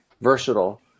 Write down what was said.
versatile